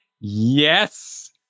Yes